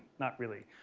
not really.